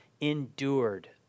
endured